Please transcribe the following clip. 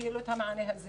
את המענה הזה.